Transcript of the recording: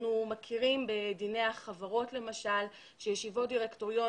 אנחנו מכירים בדיני החברות למשל שישיבות דירקטוריון